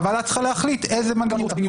והוועדה צריכה להחליט איזה מנגנון היא רוצה.